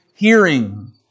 Hearing